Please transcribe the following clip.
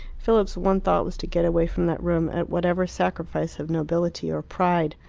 philip's one thought was to get away from that room at whatever sacrifice of nobility or pride.